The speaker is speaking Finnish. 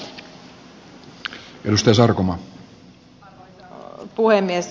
arvoisa puhemies